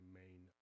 main